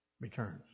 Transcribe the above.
returns